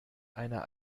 einer